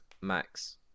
Max